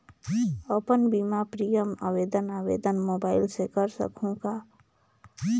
अपन बीमा प्रीमियम आवेदन आवेदन मोबाइल से कर सकहुं का?